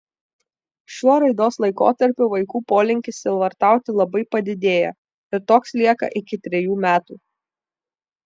šiuo raidos laikotarpiu vaikų polinkis sielvartauti labai padidėja ir toks lieka iki trejų metų